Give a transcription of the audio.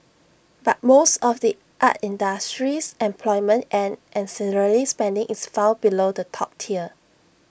but most of the art industry's employment and ancillary spending is found below the top tier